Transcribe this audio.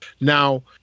Now